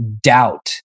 doubt